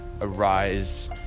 arise